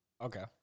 Okay